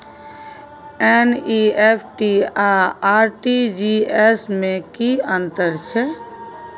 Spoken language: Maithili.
एन.ई.एफ.टी आ आर.टी.जी एस में की अन्तर छै?